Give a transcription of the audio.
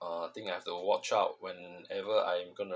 uh thing I have to watch out when ever I'm gonna